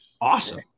Awesome